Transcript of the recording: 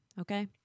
Okay